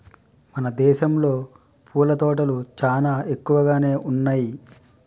మన దేసంలో పూల తోటలు చానా ఎక్కువగానే ఉన్నయ్యి